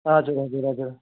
हजुर हजुर हजुर